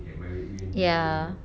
ya